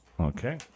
Okay